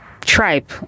tribe